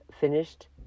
finished